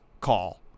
call